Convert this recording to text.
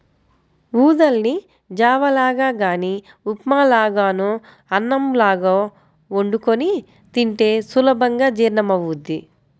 ఊదల్ని జావ లాగా గానీ ఉప్మా లాగానో అన్నంలాగో వండుకొని తింటే సులభంగా జీర్ణమవ్వుద్ది